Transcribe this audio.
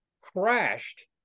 crashed